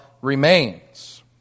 remains